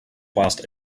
whilst